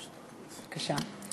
בבקשה.